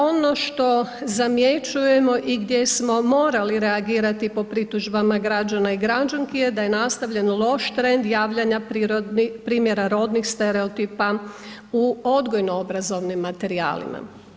Ono što zamjećujemo i gdje smo morali reagirati po pritužbama i građana i građanki je da je nastavljen loš trend javljanja primjera rodnih stereotipa u odgojno-obrazovnim materijalima.